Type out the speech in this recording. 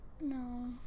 No